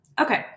Okay